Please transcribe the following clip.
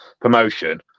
promotion